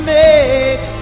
make